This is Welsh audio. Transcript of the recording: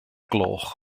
gloch